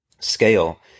scale